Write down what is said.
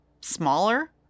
smaller